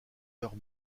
heure